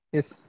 Yes